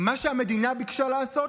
מה שהמדינה ביקשה לעשות,